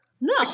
no